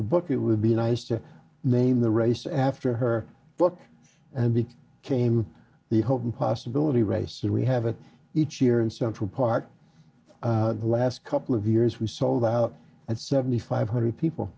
the book it would be nice to name the race after her book and beat came the hope and possibility race that we have it each year in central park the last couple of years we sold out and seventy five hundred